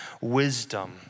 wisdom